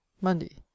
monday